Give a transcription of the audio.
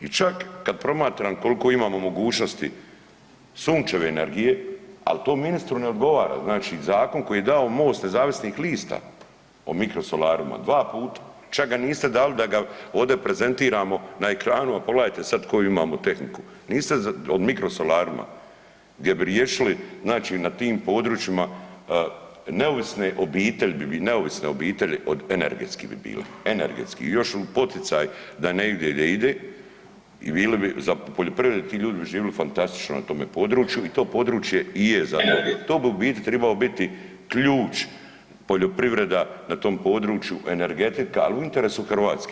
I čak, kad promatram koliko imamo mogućnosti, sunčeve energije, al to ministru ne odgovara, znači zakon koji je dao Most nezavisnih lista o mikrosolarima, dva puta, čak ga niste dali da ga ovdje prezentiramo na ekranu, a pogledajte sad koju imamo tehniku, niste o mikrosolarima, gdje bi riješili znači na tim područjima neovisne obitelji, neovisne obitelji od energetski bi bile, energetski, još poticaj da ne ide, di ide, i bili bi za poljoprivredu ti ljudi bi živjeli fantastično na tome području i to područje i je za, to bi u biti trebao biti ključ poljoprivreda na tom području energetika, ali u interesu Hrvatske.